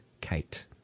Kate